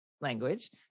language